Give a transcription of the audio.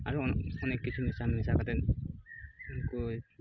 ᱟᱨᱚ ᱚᱱᱮᱠ ᱚᱱᱮᱠ ᱠᱤᱪᱷᱩ ᱢᱮᱥᱟᱞ ᱢᱮᱥᱟ ᱠᱟᱛᱮᱫ ᱩᱱᱠᱩᱭ